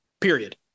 period